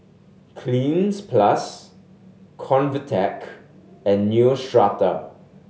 Cleanz Plus Convatec and Neostrata